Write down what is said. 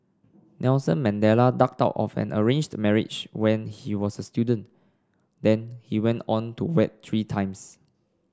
Nelson Mandela ducked out of an arranged marriage when he was a student then he went on to wed three times